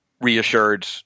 reassured